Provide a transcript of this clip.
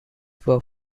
were